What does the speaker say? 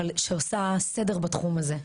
אבל שעושה סדר בתחום הזה.